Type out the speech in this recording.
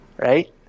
Right